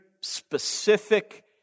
specific